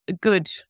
good